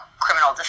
criminal